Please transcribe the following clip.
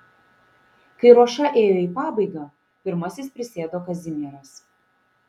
kai ruoša ėjo į pabaigą pirmasis prisėdo kazimieras